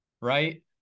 Right